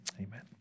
Amen